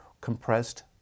compressed